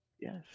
yes